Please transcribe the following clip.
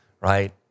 right